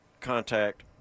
contact